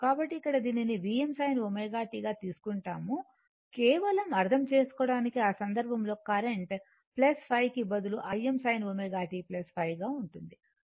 కాబట్టి ఇక్కడ దీనిని Vm sin ω t గా తీసుకుంటాము కేవలం అర్థం చేసుకోవటానికి ఆ సందర్భంలో కరెంట్ ϕ కి బదులు im sin ω t ϕ గా ఉంటుంది